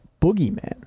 boogeyman